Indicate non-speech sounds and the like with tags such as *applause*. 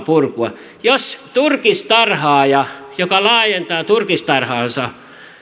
*unintelligible* purkua jos turkistarhaaja joka laajentaa turkistarhaansa